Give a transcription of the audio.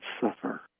suffer